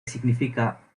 significa